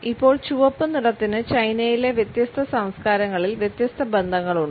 ഇപ്പോൾ ചുവപ്പ് നിറത്തിന് ചൈനയിലെ വ്യത്യസ്ത സംസ്കാരങ്ങളിൽ വ്യത്യസ്ത ബന്ധങ്ങളുണ്ട്